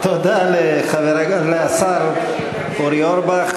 תודה לשר אורי אורבך,